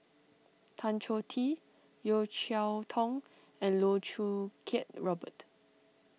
Tan Choh Tee Yeo Cheow Tong and Loh Choo Kiat Robert